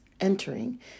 entering